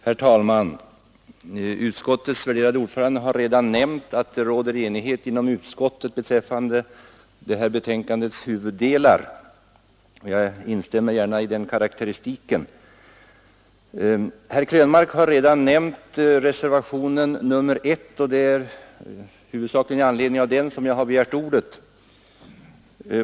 Herr talman! Utskottets värderade ordförande har nämnt att det råder enighet inom utskottet beträffande huvuddelarna i det betänkande som vi nu behandlar, och jag instämmer gärna i den karakteristiken. Herr Krönmark har redan berört reservationen 1, och det är huvudsakligen i anledning av den som jag har begärt ordet.